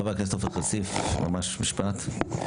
חבר הכנסת, ד"ר כסיף, יש לך משפט לומר?